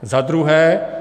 Za druhé.